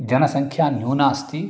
जनसङ्ख्या नूना अस्ति